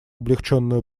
облегченную